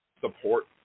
support